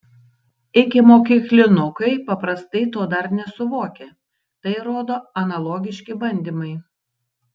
ikimokyklinukai paprastai to dar nesuvokia tai rodo analogiški bandymai